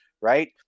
right